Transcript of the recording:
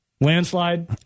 Landslide